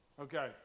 okay